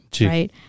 right